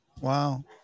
wow